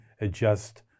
adjust